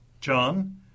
John